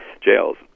jails